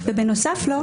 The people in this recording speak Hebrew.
ובנוסף לו,